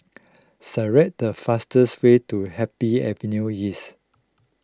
select the fastest way to Happy Avenue East